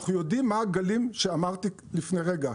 אנחנו יודעים מה הם הגלים שאמרתי לפני רגע,